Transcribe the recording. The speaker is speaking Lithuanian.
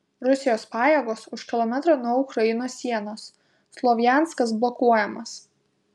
rusijos pajėgos už kilometro nuo ukrainos sienos slovjanskas blokuojamas